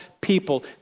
people